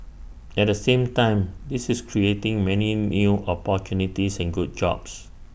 at the same time this is creating many new opportunities and good jobs